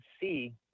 see